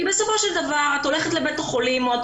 כי בסופו של דבר את הולכת לבית החולים או את